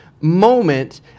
moment